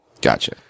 Gotcha